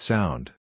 Sound